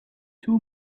two